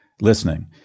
listening